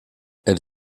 elle